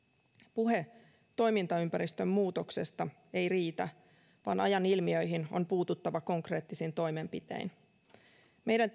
puhe toimintaympäristön muutoksesta ei riitä vaan ajan ilmiöihin on puututtava konkreettisin toimenpitein meidän